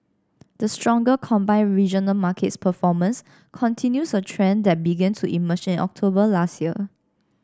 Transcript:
the stronger combined regional markets performance continues a trend that began to emerge in October last year